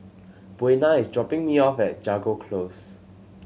Buena is dropping me off at Jago Close